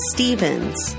Stevens